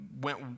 went